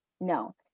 No